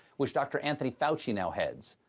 which dr. anthony fauci now heads.